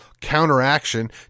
counteraction